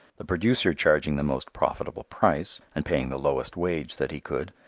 the producer charging the most profitable price and paying the lowest wage that he could,